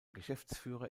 geschäftsführer